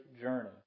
journey